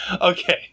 Okay